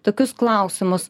tokius klausimus